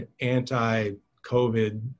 anti-COVID